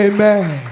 Amen